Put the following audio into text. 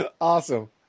Awesome